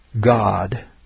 God